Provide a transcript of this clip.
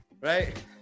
Right